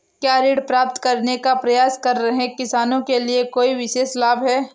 क्या ऋण प्राप्त करने का प्रयास कर रहे किसानों के लिए कोई विशेष लाभ हैं?